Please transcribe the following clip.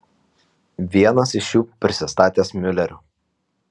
vienas iš jų prisistatęs miuleriu